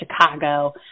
Chicago